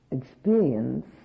experience